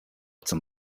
zum